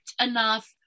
enough